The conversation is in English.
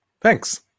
Thanks